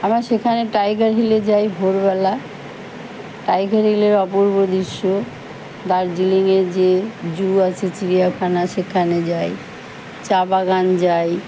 আমরা সেখানে টাইগার হিলে যাই ভোরবেলা টাইগার হিলের অপূর্বদৃশ্য দার্জিলিংয়ে যে জু আছে চিড়িয়াখানা সেখানে যাই চা বাগান যাই